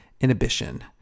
inhibition